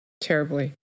terribly